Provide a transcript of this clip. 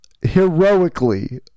heroically